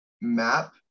map